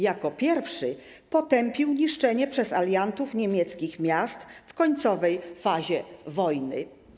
Jako pierwszy potępił niszczenie przez aliantów niemieckich miast w końcowej fazie wojny.